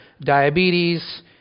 diabetes